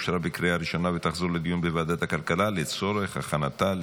לוועדת הכלכלה נתקבלה.